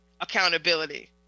accountability